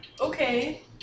Okay